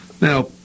Now